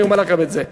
אני אומר לכם את זה.